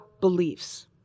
beliefs